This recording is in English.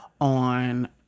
on